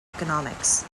economics